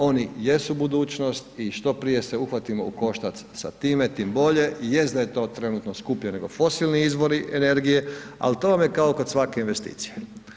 Oni jesu budućnost i što prije se uhvatimo u koštac sa time tim bolje, jest da je to trenutno skupljen nego fosilni izvori energije, ali to vam je kao kod svake investicije.